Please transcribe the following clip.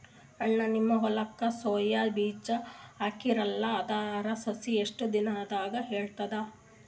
ಅಣ್ಣಾ, ನಿಮ್ಮ ಹೊಲಕ್ಕ ಸೋಯ ಬೀನ ಹಾಕೀರಲಾ, ಅದರ ಸಸಿ ಎಷ್ಟ ದಿಂದಾಗ ಏಳತದ?